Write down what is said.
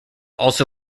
also